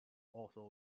also